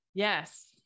yes